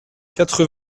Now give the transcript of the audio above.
quatre